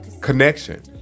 connection